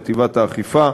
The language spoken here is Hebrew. חטיבת האכיפה,